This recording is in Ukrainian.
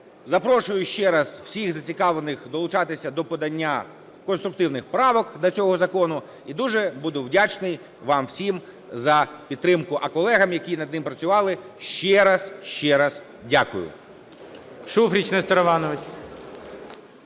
Запрошую ще раз всіх зацікавлених долучатися до подання конструктивних правок до цього закону. І дуже буду вдячний вам всім за підтримку. А колегам, які над ним працювали, ще раз, ще раз дякую.